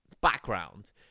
background